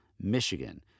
Michigan